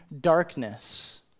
darkness